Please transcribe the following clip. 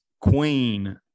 queen